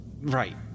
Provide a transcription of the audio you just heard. Right